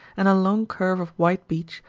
and a long curve of white beach,